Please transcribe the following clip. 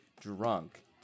drunk